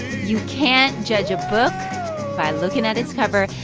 you can't judge a book by looking at its cover.